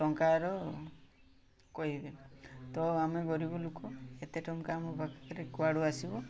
ଟଙ୍କାର କହିବେ ତ ଆମେ ଗରିବ ଲୋକ ଏତେ ଟଙ୍କା ଆମ ପାଖରେ କୁଆଡ଼ୁ ଆସିବ